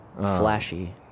Flashy